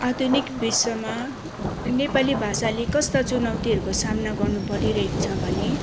आधुनिक विश्वमा नेपाली भाषाले कस्ता चुनौतीहरूको सामना गर्न परिरहेको छ भने